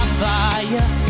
fire